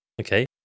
okay